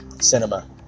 cinema